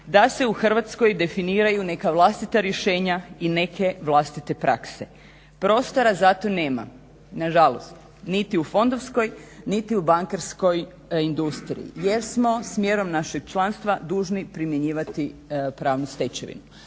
da se u Hrvatskoj definiraju neka vlastita rješenja i neke vlastite prakse. Prostora za to nema na žalost niti u fondovskoj, niti u bankarskoj industriji jer smo s mjerom našeg članstva dužni primjenjivati pravnu stečevinu.